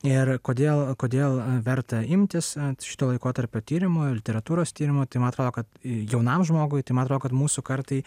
ir kodėl kodėl verta imtis šito laikotarpio tyrimo literatūros tyrimo tai man atrodo kad jaunam žmogui tai man atrodo kad mūsų kartai